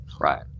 Right